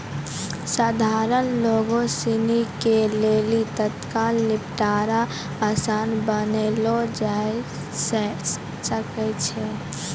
सधारण लोगो सिनी के लेली तत्काल निपटारा असान बनैलो जाय सकै छै